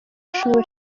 shuri